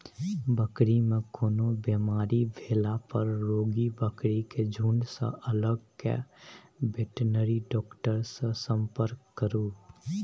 बकरी मे कोनो बेमारी भेला पर रोगी बकरी केँ झुँड सँ अलग कए बेटनरी डाक्टर सँ संपर्क करु